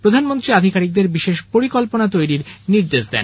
প্রধানমন্ত্রী আধিকারিকদের বিশেষ পরিকল্পনা তৈরির নির্দেশ দিয়েছেন